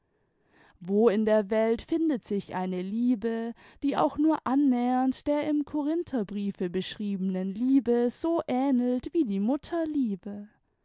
wo in der welt findet sich eine liebe die auch nur annähernd der im korinther briefe beschriebenen liebe so ähnelt wie die mutterliebe